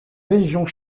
régions